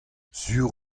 sur